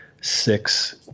six